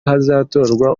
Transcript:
hazatorwa